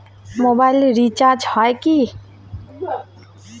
Mobile recharge হয় কি?